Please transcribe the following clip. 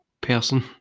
person